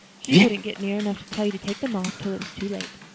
she couldn't get near enough to tell you to take them off till it was too late.